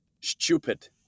Stupid